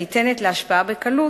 הניתנת להשפעה בקלות,